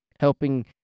helping